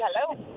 Hello